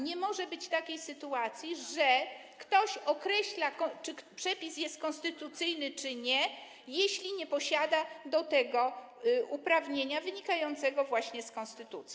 Nie może być takiej sytuacji, że ktoś określa, czy przepis jest konstytucyjny, czy nie, jeśli nie posiada do tego uprawnienia wynikającego właśnie z konstytucji.